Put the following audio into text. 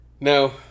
Now